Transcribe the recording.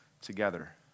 together